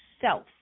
self